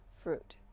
fruit